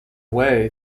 way